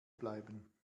bleiben